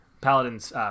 Paladin's